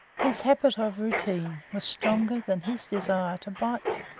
his habit of routine was stronger than his desire to bite me.